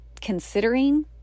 considering